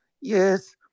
yes